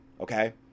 Okay